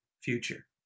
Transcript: future